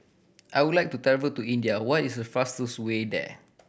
I would like to travel to India what is the fastest way there